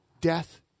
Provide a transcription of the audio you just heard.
death